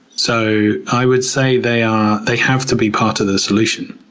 so i would say they um they have to be part of the solution.